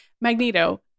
Magneto